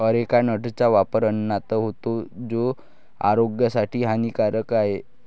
areca नटचा वापर अन्नात होतो, तो आरोग्यासाठी हानिकारक आहे